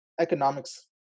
economics